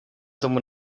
tomu